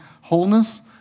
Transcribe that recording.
wholeness